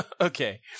Okay